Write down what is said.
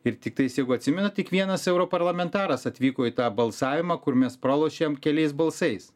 ir tiktais jeigu atsimenat tik vienas europarlamentaras atvyko į tą balsavimą kur mes pralošėm keliais balsais